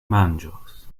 manĝos